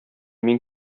мин